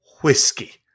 whiskey